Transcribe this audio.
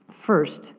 First